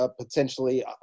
potentially